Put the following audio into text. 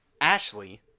Ashley